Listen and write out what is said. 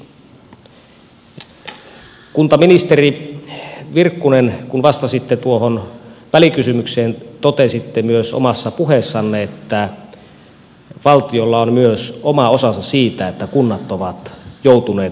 kuntaministeri virkkunen kun vastasitte tuohon välikysymykseen totesitte omassa puheessanne että valtiolla on myös oma osansa siitä että kunnat ovat joutuneet talousahdinkoon